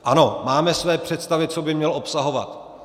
Ano, máme své představy, co by měl obsahovat.